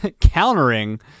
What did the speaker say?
countering